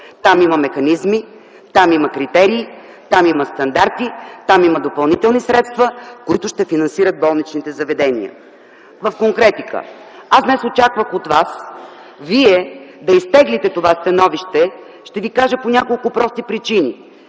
Там има механизми, там има критерии, там има стандарти, там има допълнителни средства, с които ще се финансират болничните заведения. В конкретика. Аз днес очаквах от Вас да изтеглите това становище, ще Ви кажа, по няколко прости причини.